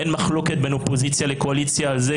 אין מחלוקת בין אופוזיציה לקואליציה על זה